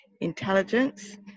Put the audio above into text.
Intelligence